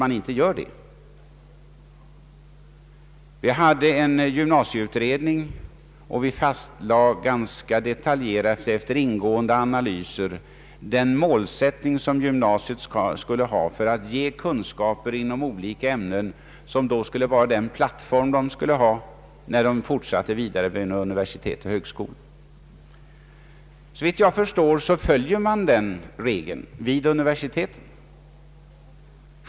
Vi hade en gymnasieutredning och vi fastlade ganska detaljerat efter ingående analyser den målsättning som gymnasiet skulle ha för att ge kunskaper inom olika ämnen, kunskaper som då skulle vara den plattform studenterna borde ha för att kunna fortsätta vid universitet och högskolor. Såvitt jag förstår, följer man den regeln vid universiteten.